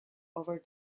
over